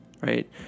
right